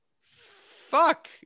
fuck